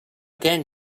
gen